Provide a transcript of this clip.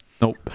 Nope